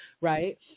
right